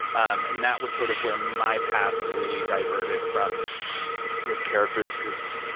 um and that was sort of where my path really diverted from this character's because,